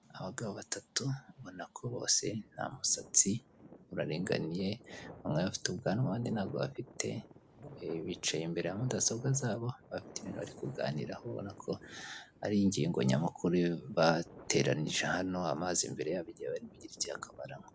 Abagabo batatu ubona ko bose nta musatsi uraringaniye, bamwe bafite ubwanwa abandi ntabwo bafite, bicaye imbere ya mudasobwa zabo bafite ibintu bari kuganiraho ubona ko ari ingingo nyamukuru ibateranije hano, amazi imbere yabo igihe bari bugire icyaka baranywa.